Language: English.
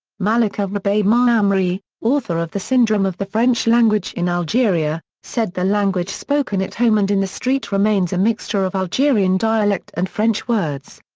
malika rebai i mean ah maamri, author of the syndrome of the french language in algeria, said the language spoken at home and in the street remains a mixture of algerian dialect and french words.